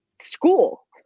school